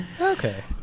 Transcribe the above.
Okay